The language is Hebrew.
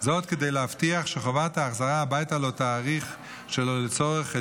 כדי להבטיח שחובת ההחזרה הביתה לא תאריך שלא לצורך את